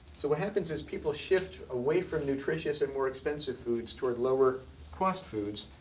so what happens is people shift away from nutritious and more expensive foods toward lower cost foods.